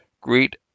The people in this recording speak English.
Greet